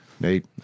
Nate